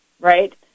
right